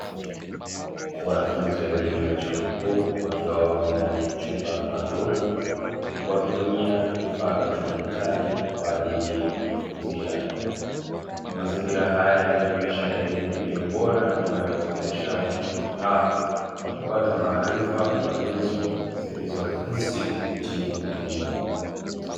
Wanafunzi wa elimu ya chuo kikuu wakiwa wamo ndani ya chumba maalumu wakitumia vifaa vya kidigitali kwa ajili ya kujifunzia, mazingira haya yakionyesha elimu iliyo bora inayowawezesha wanafunzi hawa kupata maarifa kwa nyenzo zilizo rahisi kupitia mtandao.